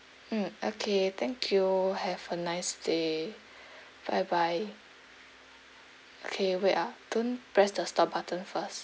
mm okay thank you have a nice day bye bye okay wait ah don't press the stop button first